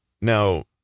Now